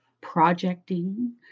projecting